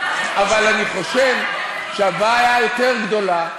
אבל אני חושב שהבעיה היותר-גדולה,